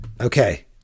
Okay